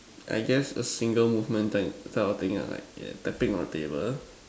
I guess a single movement like type of thing lah like tapping on the table